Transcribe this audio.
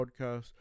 podcast